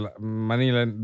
money